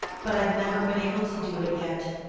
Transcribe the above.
but i've never been able to do it yet,